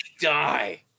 die